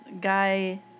guy